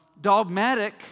dogmatic